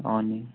नि